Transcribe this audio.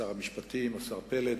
שר המשפטים, השר פלד,